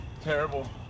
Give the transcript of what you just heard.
terrible